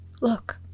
Look